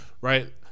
Right